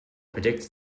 predicts